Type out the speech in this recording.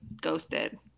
ghosted